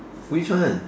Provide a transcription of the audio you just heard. which one